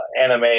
anime